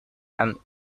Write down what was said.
and